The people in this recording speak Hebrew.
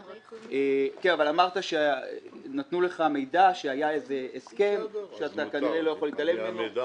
אבל אמרת שקיבלת מידע אודות הסכם שנחתם ואתה לא יכול להתעלם ממנו.